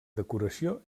decoració